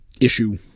issue